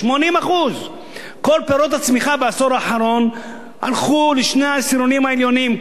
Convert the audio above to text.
80%. כל פירות הצמיחה בעשור האחרון הלכו לשני העשירונים העליונים.